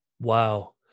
Wow